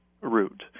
route